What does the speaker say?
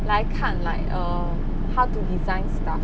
来看 like err how to design stuff